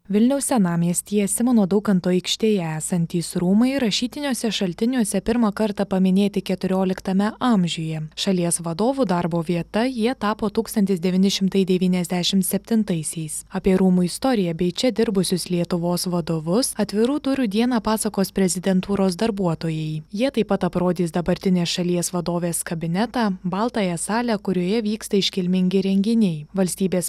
vilniaus senamiestyje simono daukanto aikštėje esantys rūmai rašytiniuose šaltiniuose pirmą kartą paminėti keturioliktame amžiuje šalies vadovų darbo vieta jie tapo tūkstantis devyni šimtai devyniasdešim septintaisiais apie rūmų istoriją bei čia dirbusius lietuvos vadovus atvirų durų dieną pasakos prezidentūros darbuotojai jie taip pat aprodys dabartinės šalies vadovės kabinetą baltąją salę kurioje vyksta iškilmingi renginiai valstybės